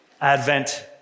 Advent